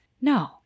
No